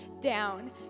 down